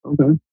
Okay